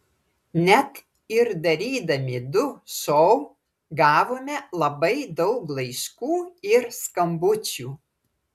net ir darydami du šou gavome labai daug laiškų ir skambučių